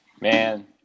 Man